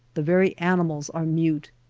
the very animals are mute.